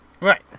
Right